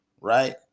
Right